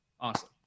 Awesome